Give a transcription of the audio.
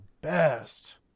best